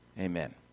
Amen